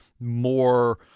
more